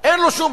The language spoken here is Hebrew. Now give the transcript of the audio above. אין לו שום